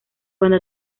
cuando